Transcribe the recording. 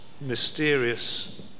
mysterious